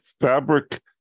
fabric